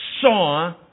saw